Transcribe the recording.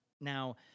Now